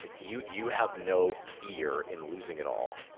you you have no fear in losing it all,